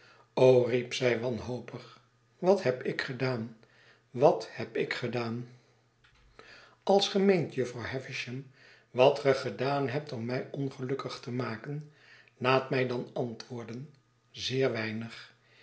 riep zij wanhopig wat heb ik gedaan wat heb ik gedaan als ge meent jufvrouw havisham wat ge gedaan hebt om mij ongelukkig te maken laat mij dan antwoorden zeer weinig